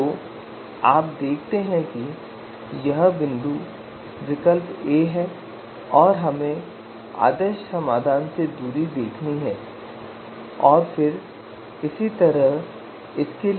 तो आप देखते हैं कि यह बिंदु विकल्प A है और हमें आदर्श समाधान से दूरी देखनी है और फिर इसी तरह इसके लिए